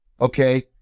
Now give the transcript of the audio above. okay